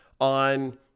on